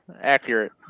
accurate